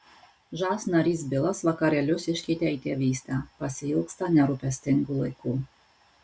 žas narys bilas vakarėlius iškeitė į tėvystę pasiilgsta nerūpestingų laikų